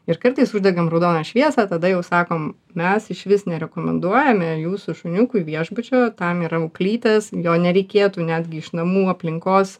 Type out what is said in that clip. ir kartais uždegam raudoną šviesą tada jau sakom mes išvis nerekomenduojame jūsų šuniukui viešbučio tam yra auklytės jo nereikėtų netgi iš namų aplinkos